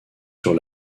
sur